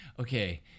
Okay